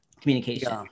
communication